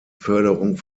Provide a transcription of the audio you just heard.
förderung